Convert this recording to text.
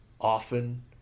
often